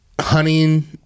hunting